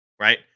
right